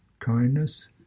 kindness